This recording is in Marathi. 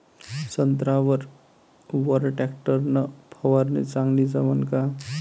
संत्र्यावर वर टॅक्टर न फवारनी चांगली जमन का?